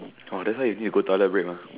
!wah! that's why you need to go toilet break mah